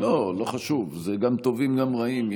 לא, לא חשוב, זה גם טובים וגם רעים.